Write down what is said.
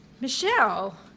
Michelle